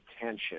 attention